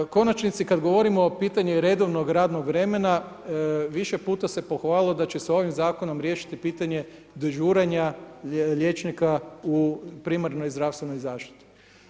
U konačnici kada govorimo o pitanju i redovnog radnog vremena, više puta se pohvalilo da će se ovim zakonom riješiti pitanje dežuranja liječnika u primarnoj zdravstvenoj zaštiti.